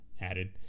added